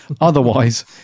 Otherwise